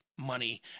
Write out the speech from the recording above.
money